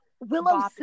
Willow